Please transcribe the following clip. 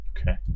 Okay